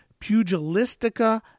pugilistica